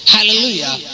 Hallelujah